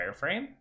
wireframe